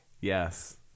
Yes